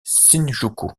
shinjuku